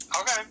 Okay